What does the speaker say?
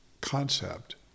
concept